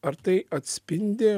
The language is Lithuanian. ar tai atspindi